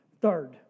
Third